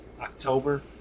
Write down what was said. October